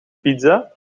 pizza